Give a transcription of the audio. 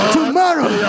Tomorrow